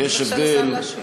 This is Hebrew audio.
תני בבקשה לשר להשיב.